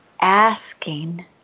asking